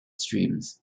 streams